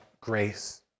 grace